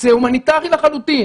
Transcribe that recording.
שזה הומניטרי לחלוטין.